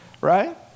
right